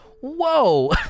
whoa